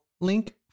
link